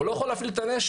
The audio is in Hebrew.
הוא לא יכול להפעיל את הנשק,